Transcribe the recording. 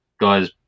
guys